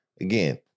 Again